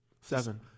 Seven